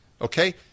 Okay